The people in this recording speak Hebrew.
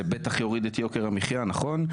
זה בטח יוריד את יוקר המחיה, נכון?